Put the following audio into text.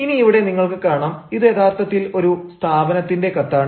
ഇനി ഇവിടെ നിങ്ങൾക്ക് കാണാം ഇത് യഥാർത്ഥത്തിൽ ഒരു സ്ഥാപനത്തിന്റെ കത്താണ്